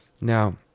Now